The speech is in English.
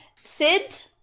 Sid